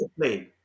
play